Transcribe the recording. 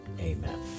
Amen